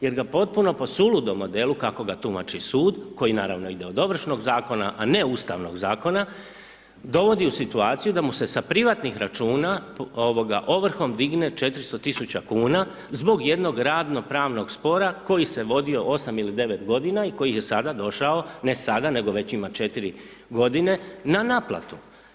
Jer ga potpuno po suludom modelu kako ga tumači Sud, koji naravno ide od Ovršnog zakona, a ne Ustavnog zakona, dovodi u situaciju da mu se sa privatnih računa, ovoga, ovrhom digne 400.000,00 kuna zbog jednog radno-pravnog spora koji se vodio osam ili devet godina, i koji je sada došao, ne sada, nego već ima četiri godine, na naplatu.